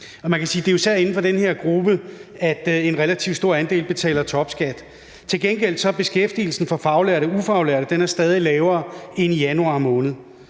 at det især er inden for den her gruppe, at en relativt stor andel betaler topskat. Til gengæld er beskæftigelsen for faglærte og ufaglærte stadig lavere end i januar måned.